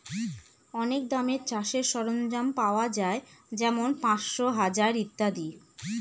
অনেক দামে চাষের সরঞ্জাম পাওয়া যাই যেমন পাঁচশো, হাজার ইত্যাদি